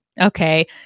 Okay